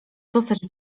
zostać